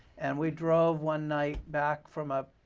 and we drove one night back from ah